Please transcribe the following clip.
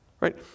Right